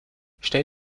stell